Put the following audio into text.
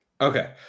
Okay